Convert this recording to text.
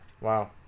Wow